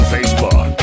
Facebook